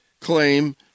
claim